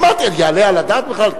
אמרתי: יעלה על הדעת בכלל?